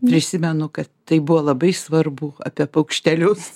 prisimenu kad tai buvo labai svarbu apie paukštelius